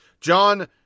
John